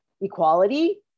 equality